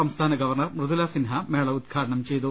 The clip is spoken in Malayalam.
സംസ്ഥാന ഗവർണർ മൃദുല സിൻഹ മേള ഉദ്ഘാടനം ചെയ്തു